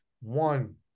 one